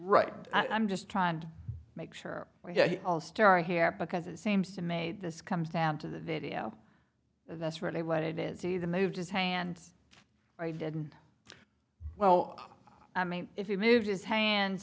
right i'm just trying to make sure we're all star here because it seems to made this comes down to the video that's really what it is he then moved his hands i didn't well i mean if you move his hands